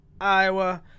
Iowa